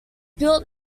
built